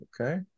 Okay